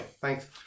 thanks